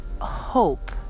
hope